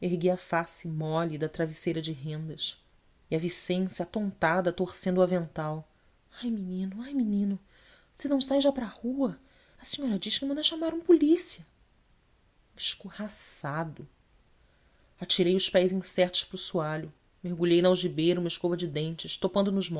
a face mole da travesseira de rendas e a vicência atontada torcendo o avental ai menino ai menino se não sai já para a rua a senhora diz que manda chamar um polícia escorraçado atirei os pés incertos para o soalho mergulhei na algibeira uma escova de dentes topando nos